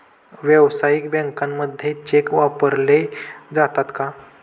व्यावसायिक बँकांमध्ये चेक वापरले जातात का?